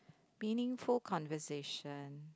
meaningful conversation